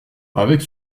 avec